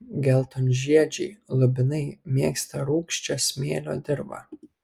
geltonžiedžiai lubinai mėgsta rūgščią smėlio dirvą